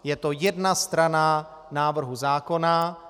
Je to jedna strana návrhu zákona.